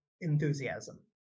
enthusiasm